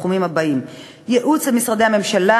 בתחומים הבאים: ייעוץ למשרדי הממשלה